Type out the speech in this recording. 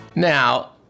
Now